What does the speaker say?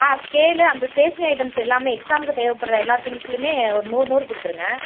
ஆ scale அந்த stationery items எல்லாமே எக்ஸாம்க்கு தேவைப்பட்ற எல்லா திங்க்ஸ்லையுமே ஒரு நூறு நூறு கொடுத்துருங்க